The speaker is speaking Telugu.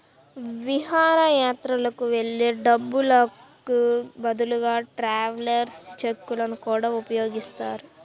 విహారయాత్రలకు వెళ్ళే వాళ్ళు డబ్బులకు బదులుగా ట్రావెలర్స్ చెక్కులను గూడా ఉపయోగిస్తారు